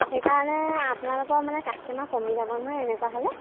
সেইকাৰণে আপোনালোকৰ মানে কাষ্টমাৰ কমি যাব নহয় এনেকুৱা হ'লে